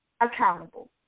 accountable